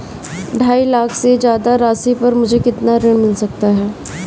ढाई लाख से ज्यादा राशि पर मुझे कितना ऋण मिल सकता है?